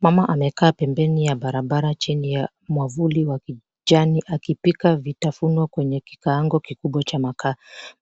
Mama amekaa pembeni ya barabara chini ya mwavuli wa kijani akipika vitafunwa kwenye kikaango kikubwa cha makaa,